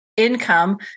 income